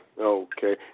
Okay